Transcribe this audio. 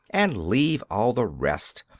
and leave all the rest,